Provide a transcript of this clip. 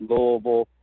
Louisville